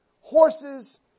horses